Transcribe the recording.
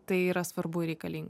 tai yra svarbu ir reikalinga